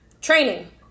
Training